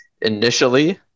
initially